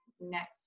next